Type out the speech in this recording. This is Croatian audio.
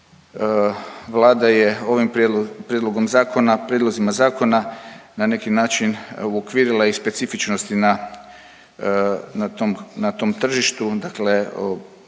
Vlada je ovim prijedlogom zakona, prijedlozima zakona na neki način uokvirila i specifičnosti na tom tržištu,